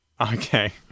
Okay